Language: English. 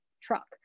truck